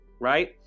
Right